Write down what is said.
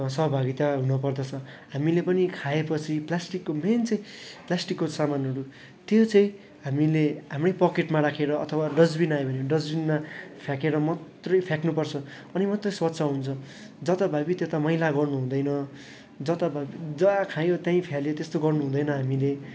सहभागिता हुन पर्दछ हामीले पनि खाएपछि प्लास्टिकको मेन चाहिँ प्लास्टिकको सामानहरू त्यो चाहिँ हामीले हाम्रै पकेटमा राखेर अथवा डस्टबिन आयो भने डस्टबिनमा फ्याँकेर मात्रै फ्याँक्नु पर्छ अनि मात्रै स्वच्छ हुन्छ जथाभावी त्यता मैला गर्नु हुँदैन जताभाबी जहाँ खायो त्यहीँ फ्याँक्यो त्यस्तो गर्नु हुँदैन हामीले